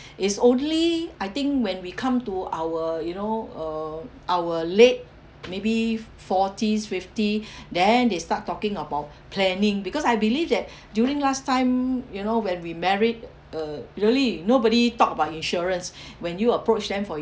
it's only I think when we come to our you know uh our late maybe forties fifty then they start talking about planning because I believe that during last time you know when we married uh really nobody talk about insurance when you approach them for